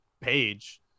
page